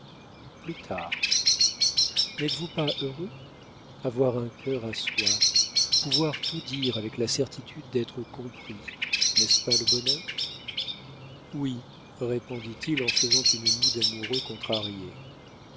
plus tard n'êtes-vous pas heureux avoir un cœur à soi pouvoir tout dire avec la certitude d'être compris n'est-ce pas le bonheur oui répondit il en faisant une moue d'amoureux contrarié